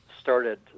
started